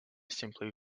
simply